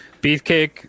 Beefcake